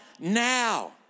now